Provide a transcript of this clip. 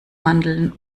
mandeln